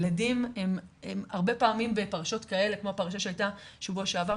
הילדים הם הרבה פעמים בפרשות כאלה כמו פרשה שהייתה בשבוע שעבר,